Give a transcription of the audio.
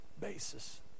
basis